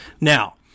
Now